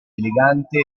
elegante